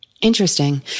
Interesting